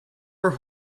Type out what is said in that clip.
were